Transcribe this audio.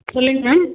சொல்லுங்கள் மேம்